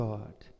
God